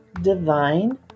divine